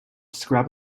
scrap